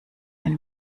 ein